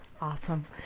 awesome